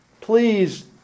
please